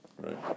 right